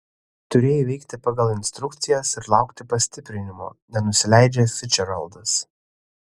turėjai veikti pagal instrukcijas ir laukti pastiprinimo nenusileidžia ficdžeraldas